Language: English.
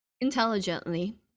intelligently